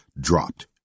dropped